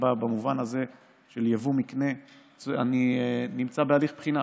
במובן הזה של יבוא מקנה אני נמצא בהליך בחינה